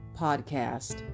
podcast